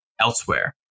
elsewhere